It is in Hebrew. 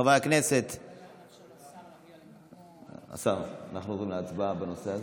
חברי הכנסת, השר, אנחנו עוברים להצבעה בנושא הזה.